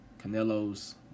Canelo's